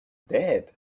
dead